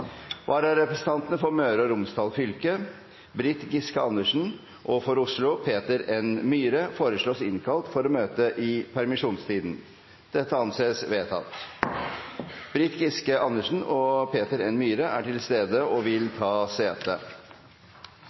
Vararepresentantene for Møre og Romsdal fylke Britt Giske Andersen og for Oslo Peter N. Myhre innkalles for å møte i permisjonstiden. Britt Giske Andersen og Peter N. Myhre er til stede og vil ta sete.